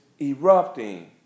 erupting